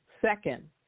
Second